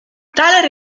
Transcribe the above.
tale